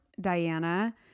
Diana